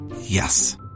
Yes